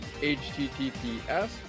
https